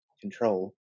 control